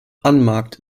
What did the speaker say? unmarked